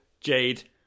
jade